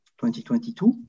2022